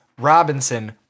Robinson